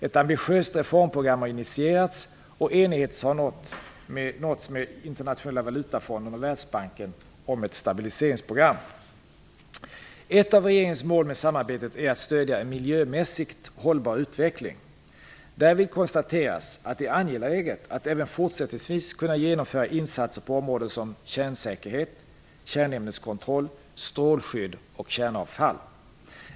Ett ambitiöst reformprogram har initierats och enighet har nåtts med Internationella valutafonden och Ett av regeringens mål med samarbetet är att stödja en miljömässigt hållbar utveckling. Därvid konstateras att det är angeläget att även fortsättningsvis kunna genomföra insatser på områden som kärnsäkerhet, kärnämneskontroll, strålskydd och kärnavfall.